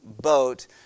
boat